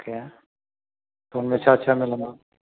क्या त उनमें छा छा मिलंदो